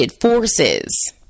forces